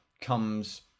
comes